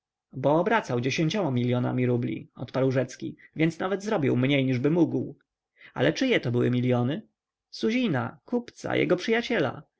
bo obracał dziesięcioma milionami rubli odparł rzecki więc nawet zrobił mniej niżby mógł ale czyje to były miliony suzina kupca jego przyjaciela